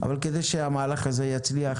אבל כדי שהמהלך הזה יצליח,